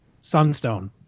Sunstone